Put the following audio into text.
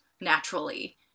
naturally